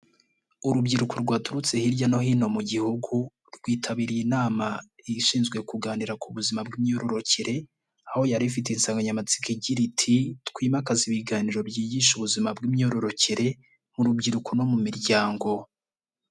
Urubyiruko rwaturutse hirya no hino mu gihugu, rwitabiriye inama ishinzwe kuganira ku buzima bw'imyororokere, aho yari ifite insanganyamatsiko igira iti "twimakaze ibiganiro byigisha ubuzima bw'imyororokere mu rubyiruko no mu miryango."